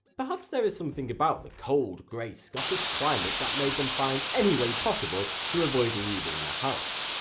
perhaps there is something about the cold, grey scottish climate that made them find any way possible to avoid leaving the house.